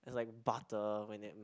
it's like butter when it